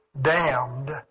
Damned